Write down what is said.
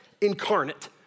incarnate